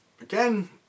again